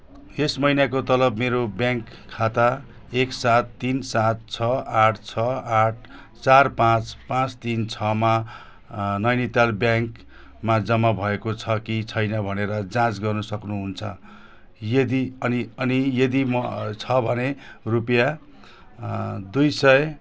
यस महिनाको तलब मेरो ब्याङ्क खाता एक सात तिन सात छ आठ छ आठ चार पाँच पाँच तिन छमा नैनिताल ब्याङ्कमा जम्मा भएको छ कि छैन भनेर जाँच गर्न सक्नुहुन्छ यदि अनि अनि यदि छ भने रुपियाँ दुई सय